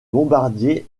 bombardier